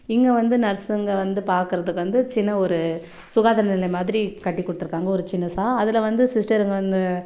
இங்கே வந்து நர்ஸுங்க வந்து பார்க்கறத்துக்கு வந்து சின்ன ஒரு சுகாதார நிலையம் மாதிரி கட்டி கொடுத்துருக்காங்க ஒரு சின்னதாக அதில் வந்து சிஸ்டருங்க வந்து